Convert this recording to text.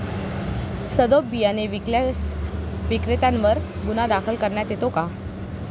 सदोष बियाणे विकल्यास विक्रेत्यांवर गुन्हा दाखल करता येतो का?